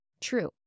True